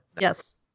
yes